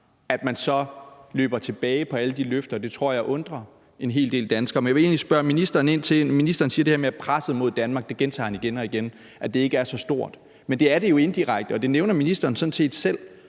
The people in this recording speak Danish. og så løber fra alle de løfter, tror jeg det undrer en hel del danskere. Ministeren siger det her med, at presset mod Danmark – det gentager han igen og igen – ikke er så stort. Men det er det jo indirekte, og det nævner ministeren sådan set selv.